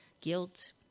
guilt